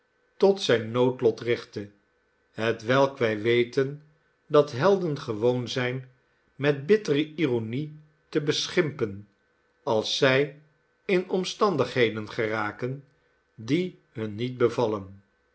tot zijn noodlot richtte hetwelk wij weten dat helden gewoon zijn met bittere ironie te beschimpen als zij in omstandigheden geraken die hun niet bevallen